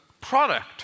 product